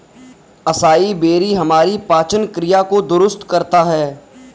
acai बेरी हमारी पाचन क्रिया को दुरुस्त करता है